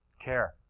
care